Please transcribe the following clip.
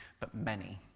but many,